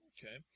Okay